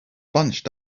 bunched